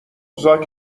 زاک